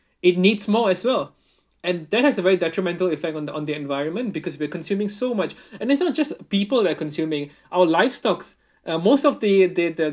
it needs more as well and that has a very detrimental effect on the on the environment because we're consuming so much and it's not just people that are consuming our livestocks uh most of the the the